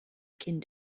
kind